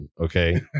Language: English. okay